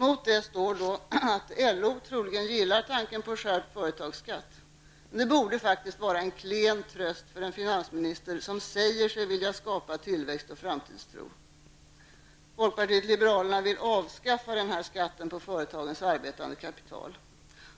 Mot detta står att LO troligen gillar tanken på skärpt företagsskatt. Men det borde vara en klen tröst för en finansminister som säger sig vilja skapa tillväxt och framtidstro.